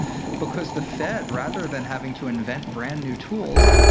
because the fed, rather than having to invent brand new tools,